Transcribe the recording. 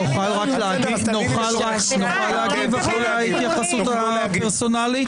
נוכל להגיב אחרי ההתייחסות הפרסונלית?